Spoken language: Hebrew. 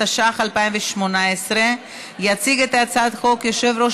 התשע"ח 2018. יציג את הצעת החוק יושב-ראש